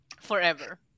Forever